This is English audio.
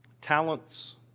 talents